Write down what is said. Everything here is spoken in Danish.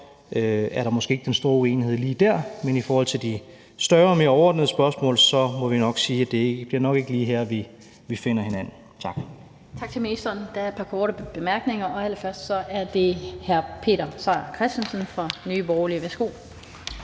er der måske ikke den store uenighed lige der. Men i forhold til de større, mere overordnede spørgsmål må vi sige, at det nok ikke lige bliver her, vi finder hinanden. Tak. Kl. 16:26 Den fg. formand (Annette Lind): Tak til ministeren. Der er et par korte bemærkninger, og allerførst er det hr. Peter Seier Christensen fra Nye Borgerlige. Værsgo.